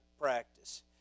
practice